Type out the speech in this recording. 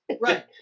Right